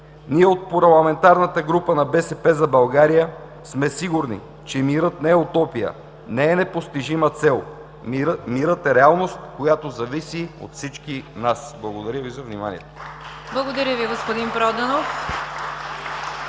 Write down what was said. си. От парламентарната група на „БСП за България“ сме сигурни, че мирът не е утопия, не е непостижима цел. Мирът е реалност, която зависи от всички нас. Благодаря Ви за вниманието. (Ръкопляскания